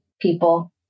people